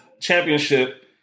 championship